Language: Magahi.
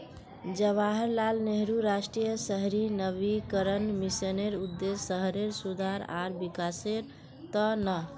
जवाहरलाल नेहरू राष्ट्रीय शहरी नवीकरण मिशनेर उद्देश्य शहरेर सुधार आर विकासेर त न